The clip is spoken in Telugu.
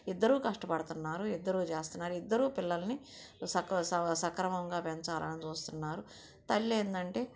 ఇద్దరు కష్టపడుతున్నారు ఇద్దరు చేస్తున్నారు ఇద్దరు పిల్లల్ని స సక్రమంగా పెంచాలని చూస్తున్నారు తల్లి ఏందంటే